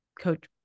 coach